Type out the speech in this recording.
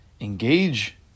engage